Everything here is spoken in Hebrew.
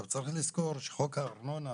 צריך לזכור שפקודת הארנונה